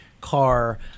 car